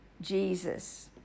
Jesus